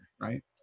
right